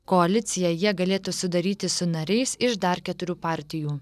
koaliciją jie galėtų sudaryti su nariais iš dar keturių partijų